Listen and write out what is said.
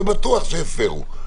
זה בטוח שהפרו.